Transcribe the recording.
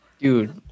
Dude